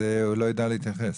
הוא לא ידע להתייחס.